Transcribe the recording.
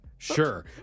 Sure